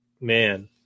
man